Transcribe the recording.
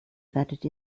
werdet